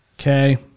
Okay